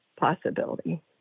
Possibility